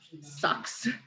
sucks